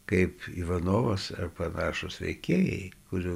kaip ivanovas ar panašūs veikėjai kurių